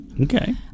Okay